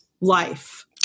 life